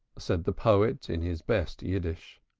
said the poet in his best yiddish.